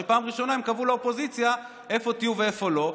ובפעם הראשונה הם קבעו לאופוזיציה איפה תהיה ואיפה לא,